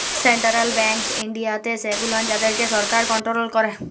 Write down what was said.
central banks ইনডিয়াতে সেগুলান যাদেরকে সরকার কনটোরোল ক্যারে